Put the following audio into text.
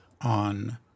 on